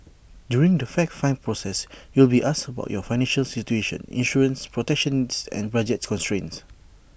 during the fact find process you will be asked about your financial situation insurance protections and budget constraints